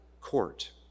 court